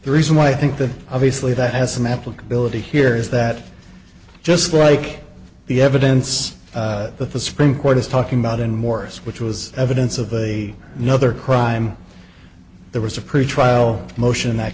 the reason why i think that obviously that has some applicability here is that just like the evidence that the supreme court is talking about in morris which was evidence of a no other crime there was a pretrial motion in that